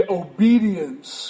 obedience